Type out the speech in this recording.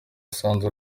usanzwe